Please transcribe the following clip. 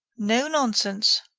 no nonsense!